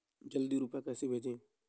जल्दी रूपए कैसे भेजें?